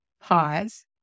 Pause